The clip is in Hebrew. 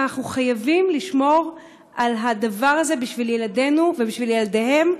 אנחנו חייבים לשמור על הדבר הזה בשביל ילדינו ובשביל ילדיהם,